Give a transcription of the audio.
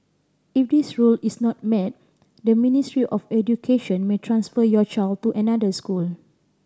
if this rule is not met the Ministry of Education may transfer your child to another school